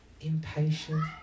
impatient